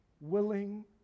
willing